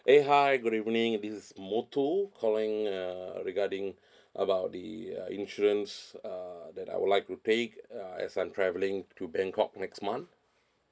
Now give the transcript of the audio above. eh hi good evening this is motoh calling uh regarding about the uh insurance uh that I would like to take uh as I'm travelling to bangkok next month